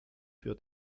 für